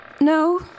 No